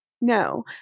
No